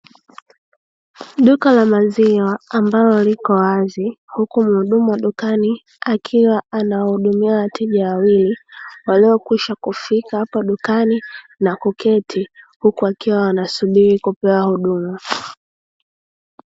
Duka la maziwa ambalo lipo wazi, huku muhudumu wa dukani akiwa anawahudumia wateja wawili waliokwisha kufika hapa dukani na kuketi huku wakiwa wanasubiri kupewa huduma.